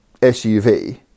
SUV